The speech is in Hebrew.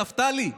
נפתלי?